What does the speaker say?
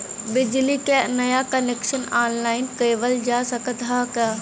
बिजली क नया कनेक्शन ऑनलाइन लेवल जा सकत ह का?